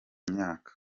myaka